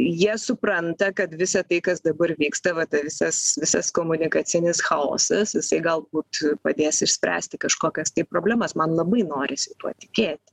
jie supranta kad visa tai kas dabar vyksta va ta visas visas komunikacinis chaosas jisai galbūt padės išspręsti kažkokias tai problemas man labai norisi tuo tikėti